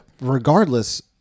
Regardless